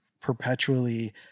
perpetually